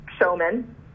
showman